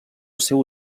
seu